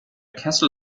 kessel